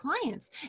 clients